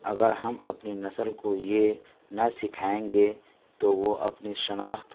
اگر ہم اپنی نسل کو یہ نہ سکھائیں گے تو وہ اپنی شناخت